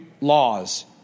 laws